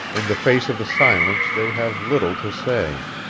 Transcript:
in the face of the silence they have little to say.